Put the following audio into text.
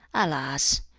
alas!